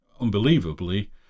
unbelievably